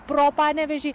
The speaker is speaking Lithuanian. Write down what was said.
pro panevėžį